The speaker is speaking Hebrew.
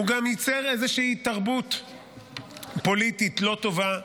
הוא גם ייצר איזושהי תרבות פוליטית לא טובה,